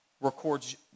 records